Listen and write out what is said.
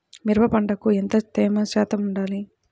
మిరప పంటకు ఎంత తేమ శాతం వుండాలి?